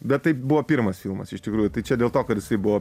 bet tai buvo pirmas filmas iš tikrųjų tai čia dėl to kad jisai buvo